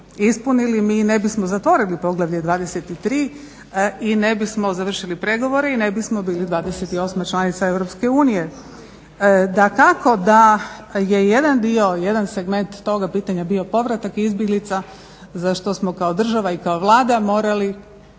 ispunili, mi ne bismo zatvorili poglavlje 23 i ne bismo završili pregovore i ne bismo bili 28. članica EU. Dakako da je jedan dio, jedan segment toga pitanja bio povratak izbjeglica za što smo kao država i kao Vlada morali